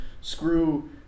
screw